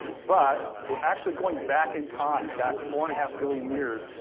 but we're actually going back in time, back four and a half billion years,